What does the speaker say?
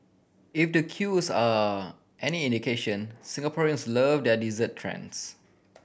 if the queues are any indication Singaporeans love their dessert trends